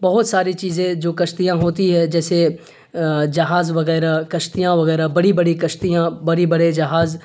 بہت ساری چیزیں جو کشتیاں ہوتی ہے جیسے جہاز وغیرہ کشتیاں وغیرہ بڑی بڑی کشتیاں بڑی بڑے جہاز